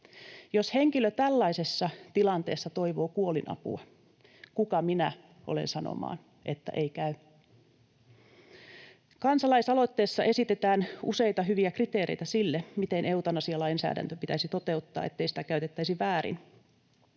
Jos henkilö tällaisessa tilanteessa toivoo kuolinapua, kuka minä olen sanomaan, että ei käy? Kansalaisaloitteessa esitetään useita hyviä kriteereitä sille, miten eutanasialainsäädäntö pitäisi toteuttaa, ettei sitä käytettäisi väärin.